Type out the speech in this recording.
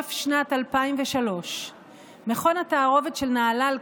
חורף שנת 2003. מכון התערובת של נהלל,